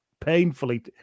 painfully